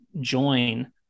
join